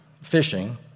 fishing